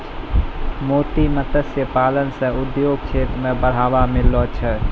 मोती मत्स्य पालन से उद्योग क्षेत्र मे बढ़ावा मिललो छै